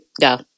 Go